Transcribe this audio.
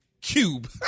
cube